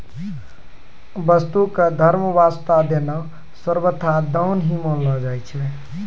वस्तु क धर्म वास्तअ देना सर्वथा दान ही मानलो जाय छै